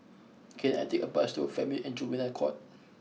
can I take a bus to a Family and Juvenile Court